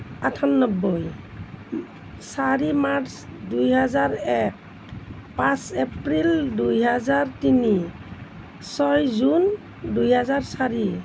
আঠান্নব্বৈ চাৰি মাৰ্চ দুহেজাৰ এক পাঁচ এপ্ৰিল দুহেজাৰ তিনি ছয় জুন দুহেজাৰ চাৰি